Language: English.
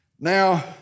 Now